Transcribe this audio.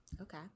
Okay